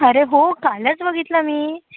अरे हो कालच बघितला मी